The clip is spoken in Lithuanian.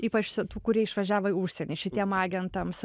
ypač tų kurie išvažiavo į užsienį šitiem agentams